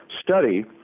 study